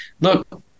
look